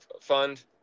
fund